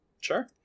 Sure